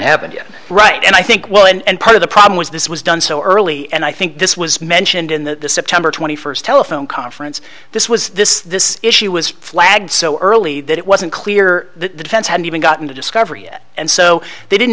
happened right and i think well and part of the problem was this was done so early and i think this was mentioned in the september twenty first telephone conference this was this this issue was flagged so early that it wasn't clear that the defense had even gotten to discovery yet and so they didn't